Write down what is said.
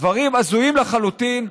דברים הזויים לחלוטין,